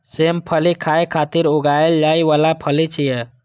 सेम फली खाय खातिर उगाएल जाइ बला फली छियै